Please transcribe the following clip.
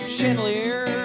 Chandelier